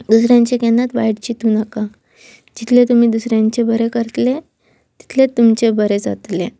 दुसऱ्यांचे केन्नाच वायट चिंतूं नाका जितले तुमी दुसऱ्यांचे बरें करतले तितलें तुमचें बरें जातलें